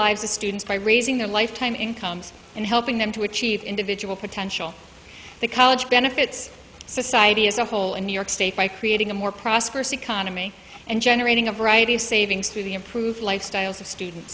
lives of students by raising their lifetime incomes and helping them to achieve individual potential the college benefits society as a whole in new york state by creating a more prosperous economy and generating a variety of savings through the improved lifestyles of student